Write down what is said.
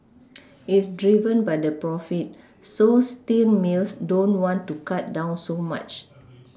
it's driven by the profit so steel mills don't want to cut down so much